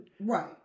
Right